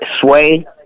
sway